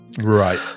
right